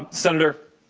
um senator,